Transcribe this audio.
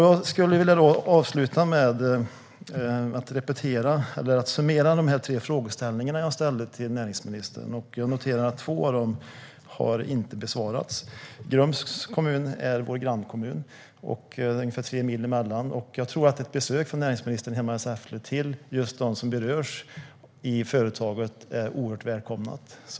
Jag skulle vilja avsluta med att summera de tre frågor jag ställde. Jag noterar att två av dem ännu inte har besvarats. Grums kommun är vår grannkommun. Det är ungefär tre mil mellan orterna. Jag tror att ett besök från näringsministern hemma i Säffle hos dem som berörs i företaget skulle vara oerhört välkommet.